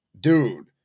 Dude